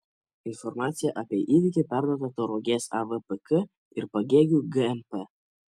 informacija apie įvykį perduota tauragės avpk ir pagėgių gmp